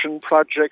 project